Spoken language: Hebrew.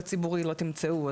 בציבורי לא תמצאו,